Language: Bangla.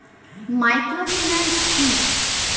মাইক্রোফিন্যান্স কি?